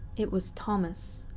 it was thomas.